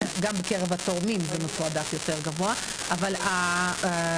גם בקרב התורמים זה מתועדף יותר גבוה אבל ההנהלה